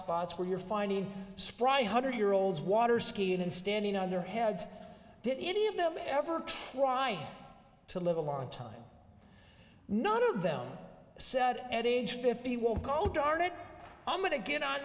hotspots where you're finding spry hundred year olds water skiing and standing on their heads did any of them ever try to live a long time none of them said at age fifty won't go darn it i'm going to get on